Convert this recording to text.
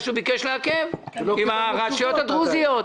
שהוא ביקש לעכב עם הרשויות הדרוזיות.